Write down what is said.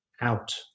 out